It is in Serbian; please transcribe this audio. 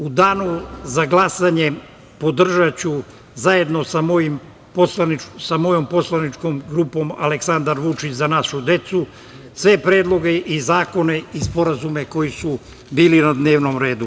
U danu za glasanje podržaću, zajedno sa mojom Poslaničkom grupom Aleksandar Vučić – Za našu decu, sve predloge i zakone i sporazume koji su bili na dnevnom redu.